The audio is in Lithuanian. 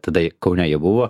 tada kaune jie buvo